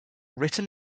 written